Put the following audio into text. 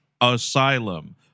asylum